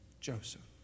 Joseph